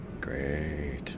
Great